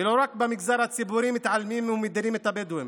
ולא רק במגזר הציבורי מתעלמים ומדירים את הבדואים,